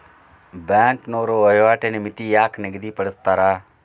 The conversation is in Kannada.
ಬ್ಯಾಂಕ್ನೋರ ವಹಿವಾಟಿನ್ ಮಿತಿನ ಯಾಕ್ ನಿಗದಿಪಡಿಸ್ತಾರ